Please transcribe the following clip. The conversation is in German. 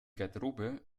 garderobe